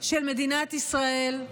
של מדינת ישראל,